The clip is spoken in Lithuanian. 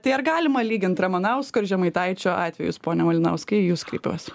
tai ar galima lygint ramanausko ir žemaitaičio atvejis pone malinauskai į jus kreipiuos